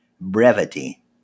Brevity